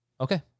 Okay